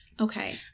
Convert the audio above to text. Okay